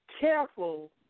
careful